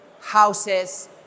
houses